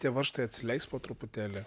tie varžtai atsileis po truputėlį